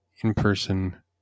in-person